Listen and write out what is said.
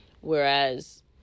Whereas